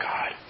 God